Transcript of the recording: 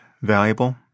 valuable